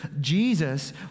Jesus